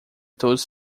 todos